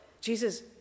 Jesus